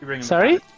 Sorry